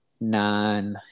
nine